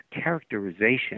characterization